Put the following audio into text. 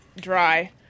dry